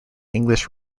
english